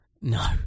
No